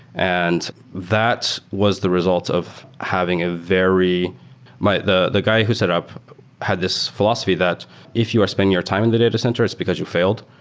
and that was the result of having a very the the guy who set up had this philosophy that if you are spending your time in the data center, it's because you failed.